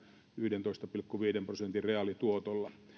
yhdentoista pilkku viiden prosentin reaalituotolla